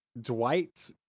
Dwight